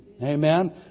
Amen